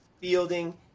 fielding